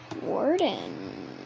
Warden